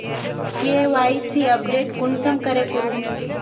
KYC update कुंसम करे करूम?